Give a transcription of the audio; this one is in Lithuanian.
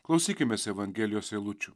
klausykimės evangelijos eilučių